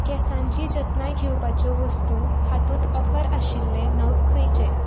केंसांची जतनाय घेवपाच्यो वस्तू हातूंत ऑफर आशिल्ले नग खंयचे